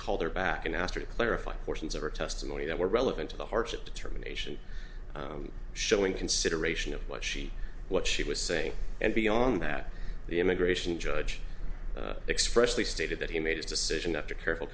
called her back and asked her to clarify portions of her testimony that were relevant to the hardship determination showing consideration of what she what she was saying and beyond that the immigration judge expressly stated that he made his decision after careful